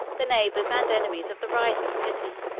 the neighbors and enemies of the rising city.